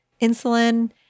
insulin